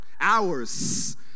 hours